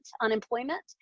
unemployment